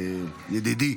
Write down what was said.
ידידי